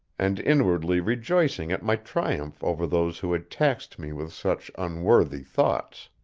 and inwardly rejoicing at my triumph over those who had taxed me with such unworthy thoughts.